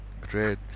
Great